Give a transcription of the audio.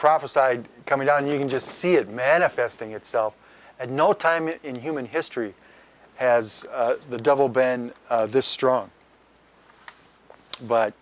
prophesied coming down you can just see it manifesting itself and no time in human history has the devil been this strong but